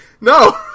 No